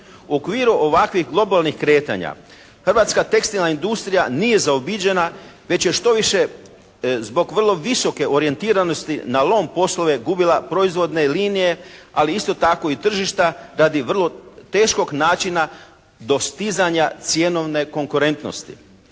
okviru ovakvih globalnih kretanja hrvatska tekstilna industrija nije zaobiđena već je štoviše zbog vrlo visoke orijentiranosti na lom poslove gubila proizvodne linije, ali isto tako i tržišta radi vrlo teškog načina dostizanja cjenovne konkurentnosti.